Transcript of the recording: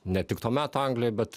ne tik to meto anglijoj bet